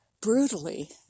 brutally